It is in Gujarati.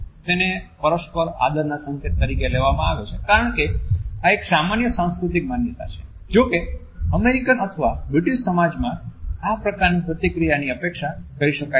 તેને પરસ્પર આદરના સંકેત તરીકે લેવામાં આવે છે કારણ કે આ એક સામાન્ય સાંસ્કૃતિક માન્યતા છે જોકે અમેરિકન અથવા બ્રિટિશ સમાજમાં આ પ્રકારની પ્રતિક્રિયાની અપેક્ષા કરી શકાય નહીં